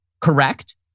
Correct